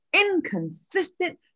inconsistent